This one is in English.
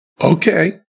okay